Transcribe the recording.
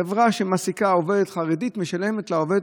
חברה שמעסיקה עובדת חרדית משלמת לעובדת